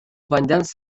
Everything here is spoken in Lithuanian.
vandens